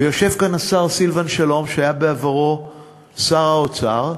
יושב כאן השר סילבן שלום, שהיה בעברו שר האוצר,